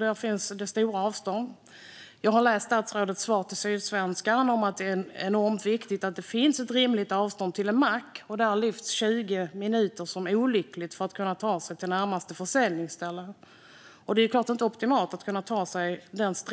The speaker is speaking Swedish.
Där finns det stora avstånd. Jag har läst statsrådets svar till Sydsvenskan om att det är enormt viktigt att det är ett rimligt avstånd till en mack. Där lyfts 20 minuter som olyckligt för att kunna ta sig till närmaste försäljningsställe. Det är klart att det inte är optimalt att behöva ta sig dit